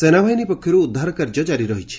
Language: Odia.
ସେନାବାହିନୀ ପକ୍ଷରୁ ଉଦ୍ଧାର କାର୍ଯ୍ୟ ଜାରି ରହିଛି